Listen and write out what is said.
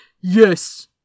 Yes